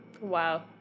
Wow